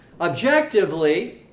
Objectively